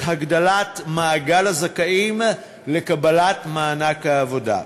הגדלת מעגל הזכאים לקבלת מענק העבודה.